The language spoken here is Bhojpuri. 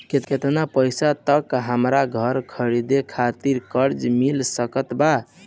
केतना पईसा तक हमरा घर खरीदे खातिर कर्जा मिल सकत बा?